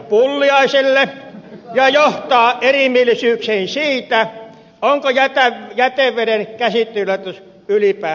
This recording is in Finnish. pulliaiselle ja johtaa erimielisyyksiin siitä onko jätevedenkäsittelylaitos ylipäätänsä tarpeen